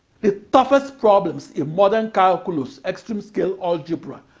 the toughest problems in modern calculus, extreme-scale algebra,